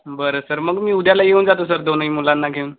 बरं सर मग मी उद्याला येऊन जातो सर दोन्ही मुलांना घेऊन